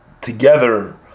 together